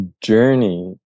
journey